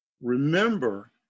Remember